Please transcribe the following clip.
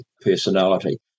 personality